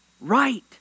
right